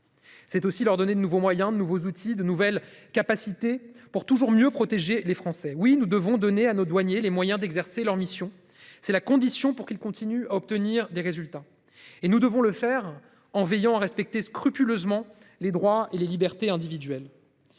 c'est aussi leur donner de nouveaux moyens de nouveaux outils de nouvelles capacités pour toujours mieux protéger les Français. Oui, nous devons donner à nos douaniers les moyens d'exercer leur mission. C'est la condition pour qu'il continue à obtenir des résultats et nous devons le faire en veillant à respecter scrupuleusement les droits et les libertés individuelles.